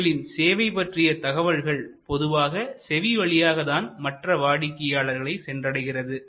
இவர்களின் சேவை பற்றிய தகவல்கள் பொதுவாக செவி வழியாக தான் மற்ற வாடிக்கையாளர்களை சென்றடைகிறது